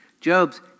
Job's